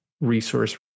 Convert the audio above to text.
resource